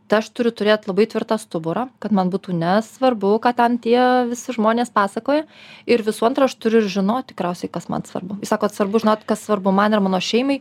tai aš turiu turėt labai tvirtą stuburą kad man būtų nesvarbu ką ten tie visi žmonės pasakoja ir visų antra aš turiu žinot tikriausiai kas man svarbu jūs sakot svarbu žinot kas svarbu man ir mano šeimai